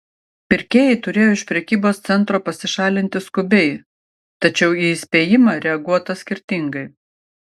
pirkėjai turėjo iš prekybos centro pasišalinti skubiai tačiau į įspėjimą reaguota skirtingai